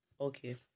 okay